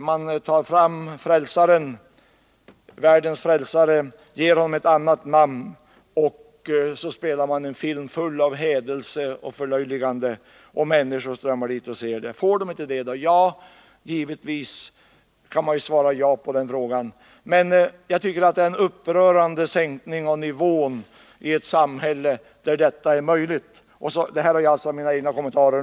Man ger världens Frälsare ett annat namn och spelar upp en film som är full av hädelse och förlöjligande. Människor strömmar till för att se filmen. Får de då inte göra det? Givetvis kan man svara jakande på den frågan, men jag tycker att det är en upprörande sänkning av nivån i det samhälle som tillåter detta. Så långt mina egna kommentarer.